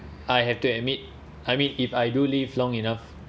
I have to admit I mean if I do live long enough